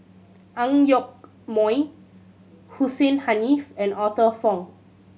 Ang Yoke Mooi Hussein Haniff and Arthur Fong